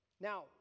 Now